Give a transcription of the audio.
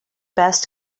best